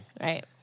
right